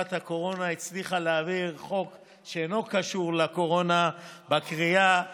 שבתקופת הקורונה הצליחה להעביר חוק שאינו קשור לקורונה בקריאה השנייה,